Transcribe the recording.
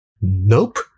Nope